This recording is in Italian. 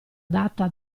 data